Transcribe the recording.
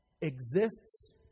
exists